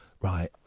right